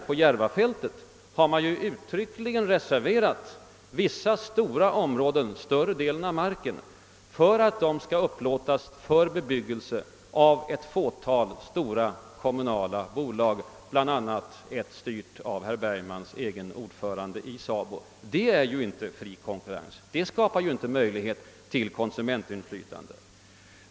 På Järvafältet har uttryckligen bebyggandet av stora områden — större delen av marken — reserverats för ett fåtal stora kommunala bolag, bl.a. det bolag som styrs av herr Bergmans egen ordförande i SABO. Detta är inte fri konkurrens och det skapar inte möjlighet till konsumentinflytande.